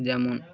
যেমন